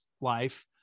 life